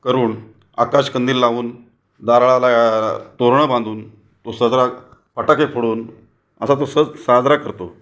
करून आकाशकंदील लावून दाराला तोरणं बांधून तो सजरा फटाके फोडून असा तो सन साजरा करतो